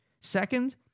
Second